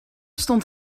stond